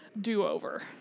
do-over